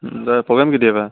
programme কেতিয়াৰ পৰা